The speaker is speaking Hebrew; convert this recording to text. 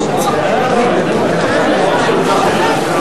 לשנות הכספים